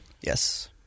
yes